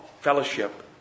Fellowship